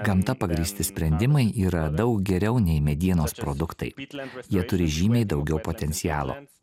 gamta pagrįsti sprendimai yra daug geriau nei medienos produktai jie turi žymiai daugiau potencialo